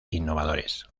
innovadores